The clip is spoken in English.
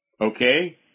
Okay